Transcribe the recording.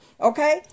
Okay